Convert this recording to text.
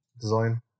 design